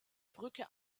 brücke